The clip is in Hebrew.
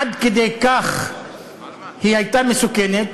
עד כדי כך היא הייתה מסוכנת,